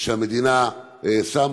שהמדינה שמה,